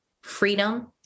freedom